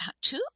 two